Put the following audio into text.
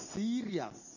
serious